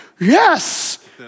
yes